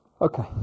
Okay